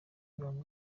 w’ibanga